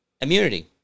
Immunity